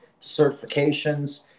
certifications